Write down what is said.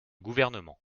gouvernement